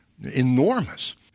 enormous